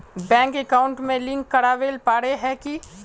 Bank account में link करावेल पारे है की?